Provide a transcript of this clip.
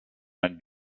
mein